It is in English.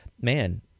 man